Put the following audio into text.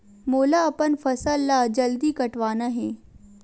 मोला अपन फसल ला जल्दी कटवाना हे?